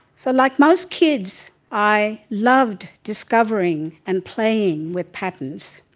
so like most kids, i loved discovering and playing with patterns.